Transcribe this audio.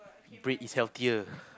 bread is healthier